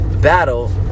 Battle